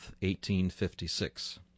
1856